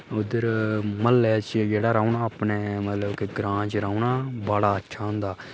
उद्धर म्हल्लै च जेह्ड़ा रौह्ना अपने मतलब कि ग्रांऽ च रौह्ना बड़ा अच्छा होंदा